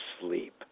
sleep